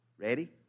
Ready